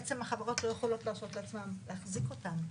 בעצם החברות לא יכולות להרשות לעצמן להחזיק אותם,